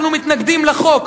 אנחנו מתנגדים לחוק.